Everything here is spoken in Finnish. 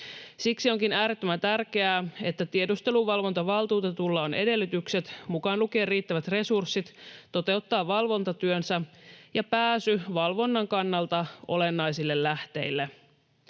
Siksi onkin äärettömän tärkeää, että tiedusteluvalvontavaltuutetulla on edellytykset, mukaan lukien riittävät resurssit, toteuttaa valvontatyönsä ja pääsy valvonnan kannalta olennaisille lähteille.